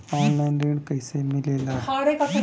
Online ऋण कैसे मिले ला?